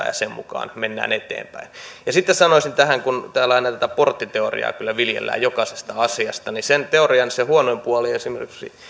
ja niiden mukaan mennään eteenpäin sitten sanoisin tähän kun täällä aina tätä porttiteoriaa kyllä viljellään jokaisesta asiasta että sen teorian huonoin puoli esimerkiksi